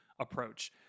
approach